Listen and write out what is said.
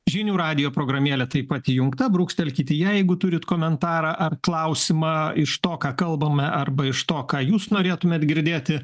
žinių radijo programėlė taip pat įjungta brūkštelkit jeigu turit komentarą ar klausimą iš to ką kalbame arba iš to ką jūs norėtumėt girdėti